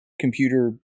computer